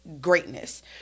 greatness